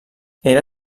era